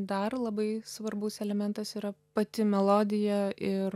dar labai svarbus elementas yra pati melodija ir